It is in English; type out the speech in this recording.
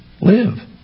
live